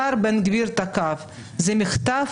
השר בן גביר תקף: זה מחטף,